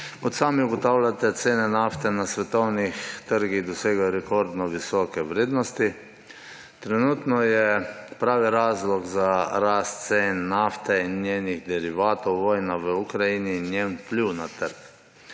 Kot sami ugotavljate, cene nafte na svetovnih trgih dosegajo rekordno visoke vrednosti. Trenutno je pravi razlog za rast cen nafte in njenih derivatov vojna v Ukrajini in njen vpliv na trg.